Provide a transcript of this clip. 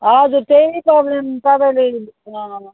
हजुर त्यही प्रब्लम तपाईँले